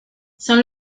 son